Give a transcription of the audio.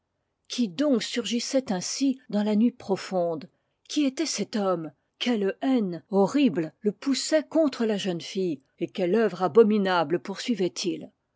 qui donc surgissait ainsi dans la nuit profonde qui était cet homme quelle haine horrible le poussait contre la jeune fille et quelle œuvre abominable poursuivait il